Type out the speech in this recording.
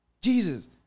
Jesus